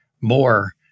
more